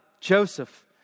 Joseph